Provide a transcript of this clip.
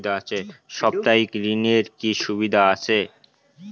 সাপ্তাহিক ঋণের কি সুবিধা আছে?